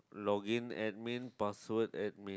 login admin password admin